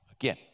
again